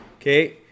Okay